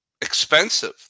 expensive